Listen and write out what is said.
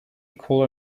equal